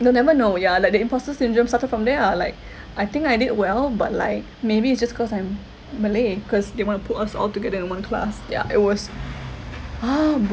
will never know ya like the imposter syndrome started from there ah like I think I did well but like maybe it's just because I'm malay cause they want to put us all together in one class ya it was ah